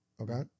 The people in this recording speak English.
Okay